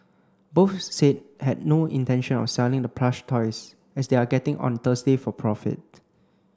both said had no intention of selling the plush toys as they are getting on Thursday for profit